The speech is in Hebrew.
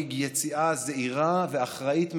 מנהיג יציאה זהירה ואחראית מהסגר,